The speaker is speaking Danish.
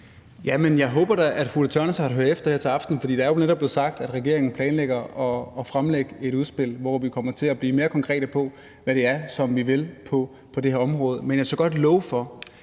jeg håber da, at fru Ulla Tørnæs har hørt efter her til aften, for der er jo netop blevet sagt, at regeringen planlægger at fremlægge et udspil, hvor vi kommer til at blive mere konkrete på, hvad det er, vi vil på det her område. Men jeg tør godt love,